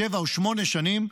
שבע או שמונה שנים,